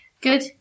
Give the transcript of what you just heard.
Good